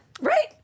Right